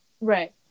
right